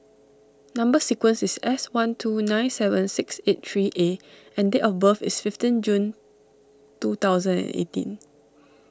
Number Sequence is S one two nine seven six eight three A and date of birth is fifteen June two thousand and eighteen